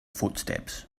footsteps